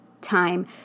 time